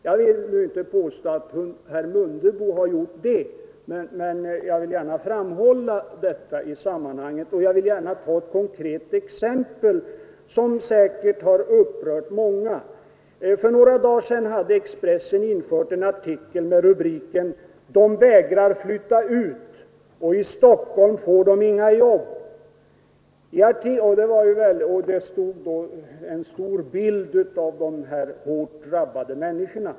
Jag vill nu inte påstå att herr Mundebo har gjort det, men jag vill gärna framhålla hur det kan gå till när denna tidning skildrar verkligheten. För några dagar sedan hade Expressen infört en artikel med rubriken ”De vägrar flytta ut och i Stockholm får de inga jobb”. Där fanns också med en stor bild av de här hårt drabbade människorna.